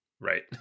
Right